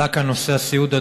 עלה כאן נושא הסיעוד,